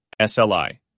SLI